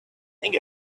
think